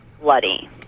bloody